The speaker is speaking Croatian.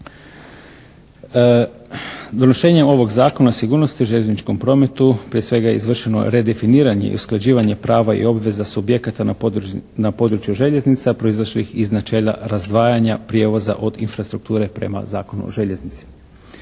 Donošenjem ovog Zakona o sigurnosti u željezničkom prometu prije svega izvršeno je redefiniranje i usklađivanje prava i obveza subjekata na području željeznica proizašlih iz načela razdvajanja prijevoza od infrastrukture prema Zakonu o željeznici.